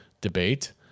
debate